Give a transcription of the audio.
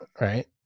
Right